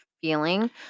feeling